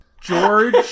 George